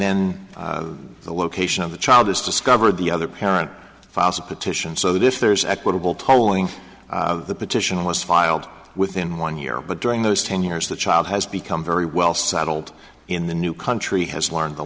then the location of the child is discovered the other parent fos a petition so that if there's equitable tolling the petition was filed within one year but during those ten years the child has become very well saddled in the new country has learned the